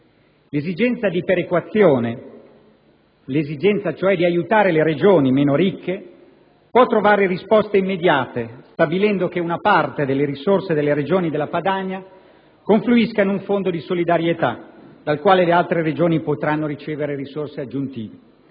L'esigenza di perequazione, ossia l'esigenza di aiutare le Regioni meno ricche, può trovare risposte immediate stabilendo che una parte delle risorse delle Regioni della Padania confluisca in un fondo di solidarietà dal quale le altre Regioni potranno ricevere risorse aggiuntive.